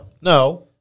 No